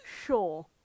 Sure